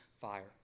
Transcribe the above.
fire